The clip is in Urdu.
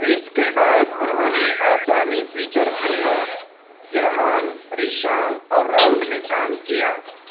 اس کے بعد انہوں نے آسامی فیچر فلموں گرہان ریشانگ اور راؤڈ میں کام کیا